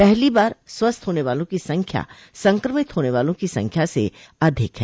पहली बार स्वस्थ होने वालों की संख्या संक्रमित होने वालों की संख्या से अधिक है